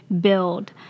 build